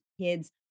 kids